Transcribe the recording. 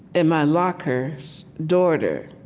and my locker's daughter